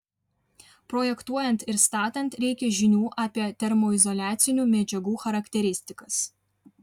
projektuojant ir statant reikia žinių apie termoizoliacinių medžiagų charakteristikas